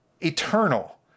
eternal